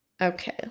Okay